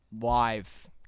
live